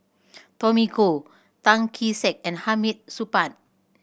Tommy Koh Tan Kee Sek and Hamid Supaat